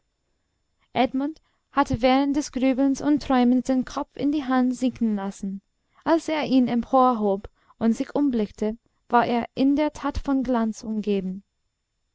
edmund hatte während des grübelns und träumens den kopf in die hand sinken lassen als er ihn emporhob und sich umblickte war er in der tat von glanz umgeben